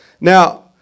Now